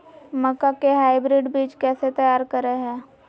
मक्का के हाइब्रिड बीज कैसे तैयार करय हैय?